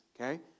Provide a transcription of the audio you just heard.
okay